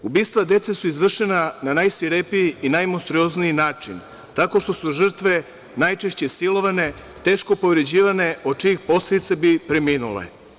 Ubistva dece su izvršena na najsvirepiji i najmonstruozniji načini, tako što su žrtve najčešće silovane, teško povređivane, od čijih posledica bi preminule.